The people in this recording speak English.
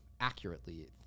accurately